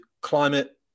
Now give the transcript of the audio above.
climate